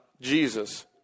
Jesus